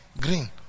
green